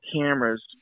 cameras